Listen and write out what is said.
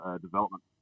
development